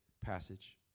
passage